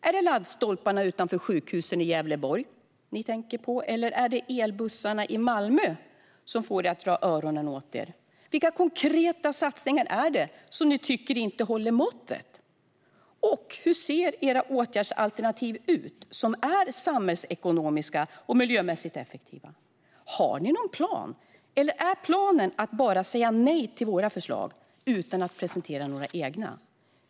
Är det laddstolparna utanför sjukhusen i Gävleborg ni tänker på? Eller är det elbussarna i Malmö som får er att dra öronen åt er? Vilka konkreta satsningar är det som ni tycker inte håller måttet? Och hur ser era åtgärdsalternativ ut som är samhällsekonomiskt och miljömässigt effektiva? Har ni någon plan, eller är planen bara att säga nej till våra förslag utan att presentera egna?